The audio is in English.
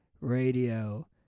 Radio